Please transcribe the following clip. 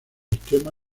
esquema